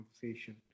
conversation